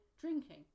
drinking